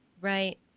Right